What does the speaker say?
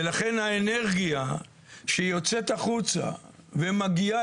ולכן האנרגיה שהיא יוצאת החוצה ומגיעה